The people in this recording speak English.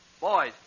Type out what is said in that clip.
boys